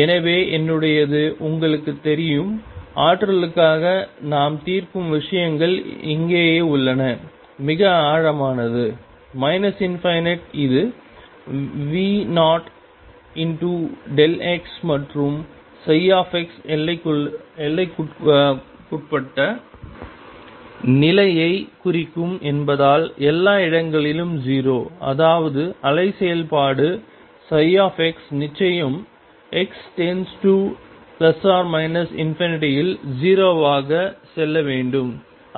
எனவே என்னுடையது உங்களுக்குத் தெரியும் ஆற்றலுக்காக நாம் தீர்க்கும் விஷயங்கள் இங்கேயே உள்ளன மிக ஆழமானது ∞ இது V0δ மற்றும் ψ எல்லைக்குட்பட்ட நிலையை குறிக்கும் என்பதால் எல்லா இடங்களிலும் 0 அதாவது அலை செயல்பாடு xநிச்சயம் x→±∞ இல் 0 ஆக செல்ல வேண்டும்